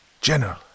General